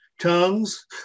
Tongues